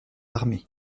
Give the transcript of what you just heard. armée